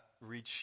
reach